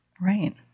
Right